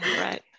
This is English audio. right